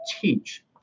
teach